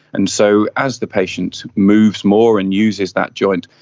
and so as the patient moves more and uses that joint,